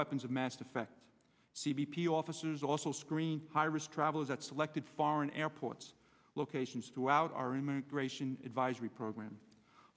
weapons of mass effect c b p officers also screen high risk travelers at selected foreign airports locations throughout our immigration advisory program